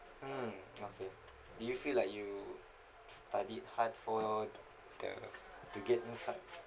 mm okay do you feel like you studied hard for the to get inside